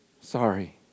Sorry